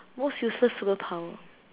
most useless superpower